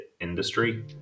industry